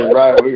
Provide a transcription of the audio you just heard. right